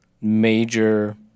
major